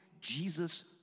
Jesus